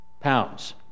pounds